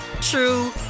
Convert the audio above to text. true